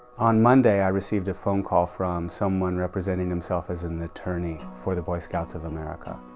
on monday i received a phone call from someone representing himself as an attorney for the boy scouts of america